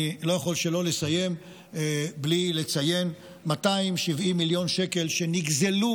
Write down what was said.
אני לא יכול לסיים בלי לציין 270 מיליון שקל שנגזלו